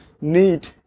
need